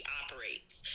operates